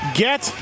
get